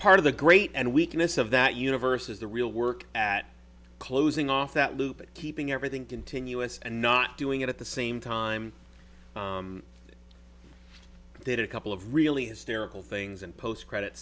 part of the great and weakness of that universe is the real work at closing off that loop keeping everything continuous and not doing it at the same time they did a couple of really hysterical things and post credit